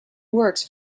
works